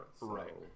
Right